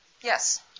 Yes